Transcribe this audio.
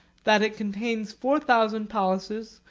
that it contains four thousand palaces,